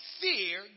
fear